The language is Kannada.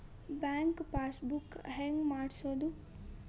ಬ್ಯಾಂಕ್ ಪಾಸ್ ಬುಕ್ ಹೆಂಗ್ ಮಾಡ್ಸೋದು?